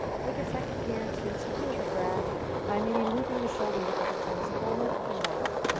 take a second here to check in with the breath by maybe looping the shoulders a couple times forward, up, and back.